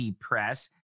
Press